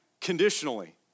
conditionally